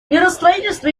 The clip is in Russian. миростроительство